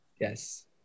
Yes